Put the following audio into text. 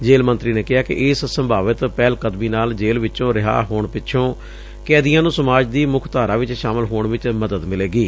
ਜੇਲ੍ਹ ਮੰਤਰੀ ਨੇ ਕਿਹਾ ਕਿ ਇਸ ਸੰਭਾਵਿਤ ਪਹਿਲਕਦਮੀ ਨਾਲ ਜੇਲ੍ਹ ਵਿਚੋਂ ਰਿਹਾਅ ਹੋਣ ਪਿਛੋਂ ਕੈਦੀਆਂ ਨੂੰ ਸਮਾਜ ਦੀ ਮੁੱਖ ਧਾਰਾ ਵਿੱਚ ਸ਼ਾਮਿਲ ਹੋਣ ਚ ਮਦਦ ਮਿਲੇਗੀ